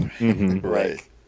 right